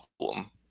problem